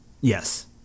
Yes